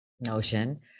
notion